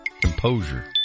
Composure